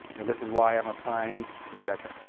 and this is why i'm applying, etc.